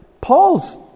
Paul's